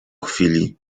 chwili